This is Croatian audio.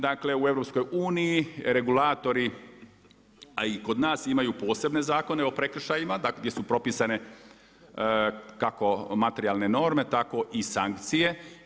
Dakle, u EU regulatori, a i kod nas imaju posebne Zakone o prekršajima gdje su propisane kako materijalne norme, tako i sankcije.